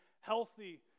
healthy